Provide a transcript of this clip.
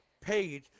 paid